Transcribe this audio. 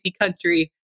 country